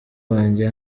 wanjye